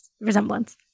resemblance